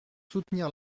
soutenir